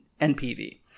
NPV